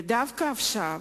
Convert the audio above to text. ודווקא עכשיו,